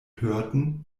hörten